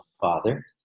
Father